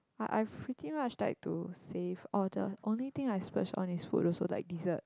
I I've pretty much like to save oh the only thing I splurge on is food also like dessert